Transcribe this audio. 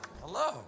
hello